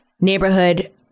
neighborhood